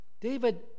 David